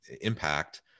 impact